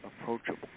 approachable